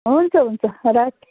हुन्छ हुन्छ राखेँ